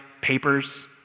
papers